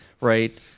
right